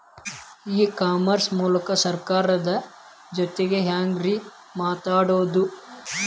E commerce ಮೂಲಕ ಸರ್ಕಾರದ ಜೊತಿಗೆ ಹ್ಯಾಂಗ್ ರೇ ಮಾತಾಡೋದು?